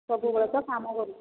ସବୁବେଳେ ତ କାମ କରୁଛ